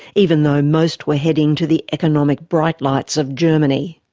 even though most were heading to the economic bright lights of germany.